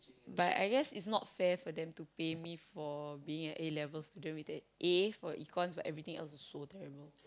but I guess is not fair for them to pay me for being a A-level student with an A for econs but everything else was so terrible